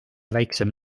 väiksem